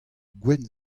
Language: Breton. gwenn